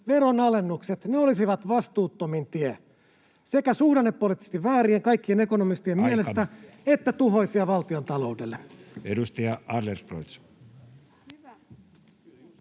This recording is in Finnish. veronalennukset: ne olisivat vastuuttomin tie, sekä suhdannepoliittisesti väärin kaikkien ekonomistien mielestä [Puhemies: Aika!] että tuhoisia valtiontaloudelle.